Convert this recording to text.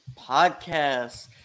podcast